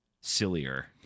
sillier